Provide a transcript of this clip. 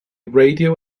radio